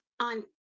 On